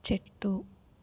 చెట్టు